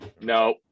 No